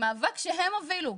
מאבק שהם הובילו,